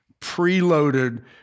preloaded